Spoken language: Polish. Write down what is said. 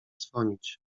dzwonić